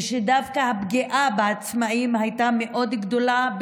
ושדווקא הפגיעה בעצמאים הייתה מאוד גדולה,